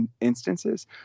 instances